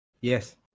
Yes